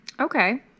Okay